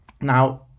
Now